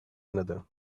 another